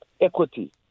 equity